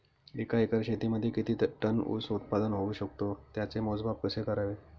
एका एकर शेतीमध्ये किती टन ऊस उत्पादन होऊ शकतो? त्याचे मोजमाप कसे करावे?